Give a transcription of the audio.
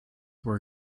were